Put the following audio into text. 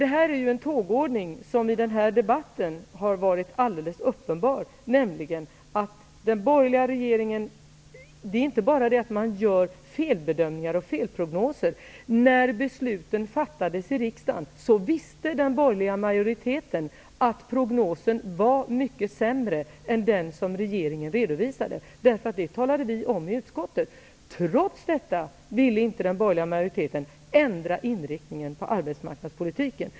Det är en tågordning som i den här debatten har blivit alldeles uppenbar, nämligen att den borgerliga regeringen inte bara gör felbedömningar och felprognoser, uan när besluten fattades i riksdagen visste den borgerliga majoriteten att prognosen var mycket sämre än den som regeringen redovisade. Det talade vi om i utskottet. Trots detta ville inte den borgerliga majoriteten ändra inriktningen på arbetsmarknadspolitiken.